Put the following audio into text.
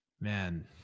man